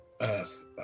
earth